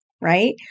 right